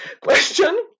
question